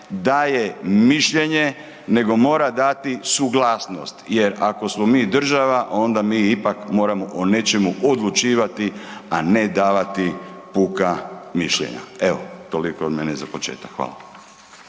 daje mišljenje nego mora dati suglasnost jer ako smo mi država ona mi ipak moramo o nečemu odlučivati, a ne davati puka mišljenja. Evo toliko od mene za početak. Hvala.